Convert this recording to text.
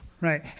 Right